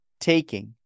taking